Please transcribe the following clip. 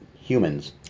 humans